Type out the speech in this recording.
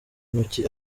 ntoki